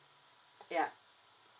ya